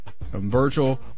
Virgil